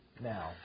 now